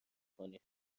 کنید